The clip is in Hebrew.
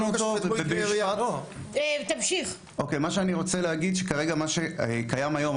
מה שאני רוצה להגיד זה שכרגע מה שקיים היום,